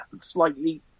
slightly